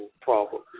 problem